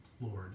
lord